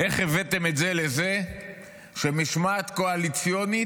איך הבאתם את זה לזה שמשמעת קואליציונית